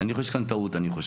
יש כאן טעות, אני חושב.